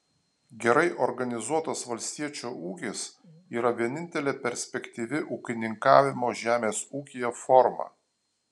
gerai organizuotas valstiečio ūkis yra vienintelė perspektyvi ūkininkavimo žemės ūkyje forma